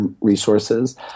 resources